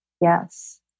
Yes